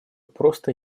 просто